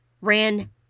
ran